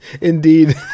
Indeed